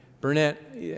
Burnett